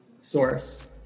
source